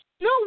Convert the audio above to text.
No